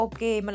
Okay